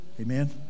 Amen